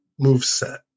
moveset